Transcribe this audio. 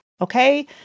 okay